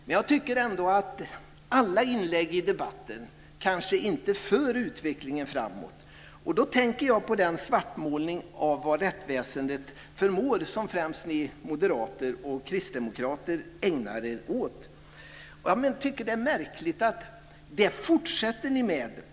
Men alla inlägg i debatten kanske inte för utvecklingen framåt. Då tänker jag på den svartmålning av vad rättsväsendet förmår som främst ni moderater och kristdemokrater ägnar er åt. Jag tycker att det är märkligt att ni fortsätter med det.